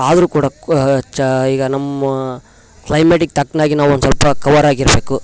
ಆದರು ಕೂಡ ಕ್ ಚಾ ಈಗ ನಮ್ಮ ಕ್ಲೈಮೆಟಿಗೆ ತಕ್ಕನಾಗಿ ನಾವೊಂದುಸ್ವಲ್ಪ ಕವರ್ ಆಗಿರಬೇಕು